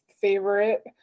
favorite